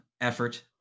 effort